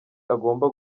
agomba